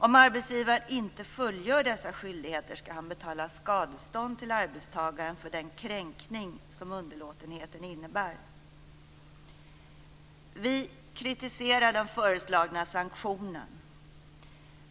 Om arbetsgivaren inte fullgör dessa skyldigheter skall han betala skadestånd till arbetstagaren för den kränkning som underlåtenheten innebär. Vi kritiserar den föreslagna sanktionen.